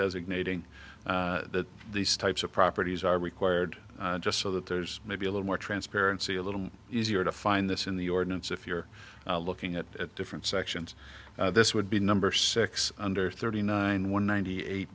designating that these types of properties are required just so that there's maybe a little more transparency a little easier to find this in the ordinance if you're looking at different sections this would be number six under thirty nine one ninety eight